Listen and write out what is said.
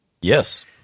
Yes